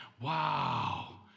Wow